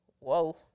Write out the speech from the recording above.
whoa